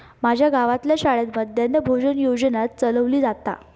माज्या गावातल्या शाळेत मध्यान्न भोजन योजना चलवली जाता